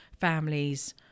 families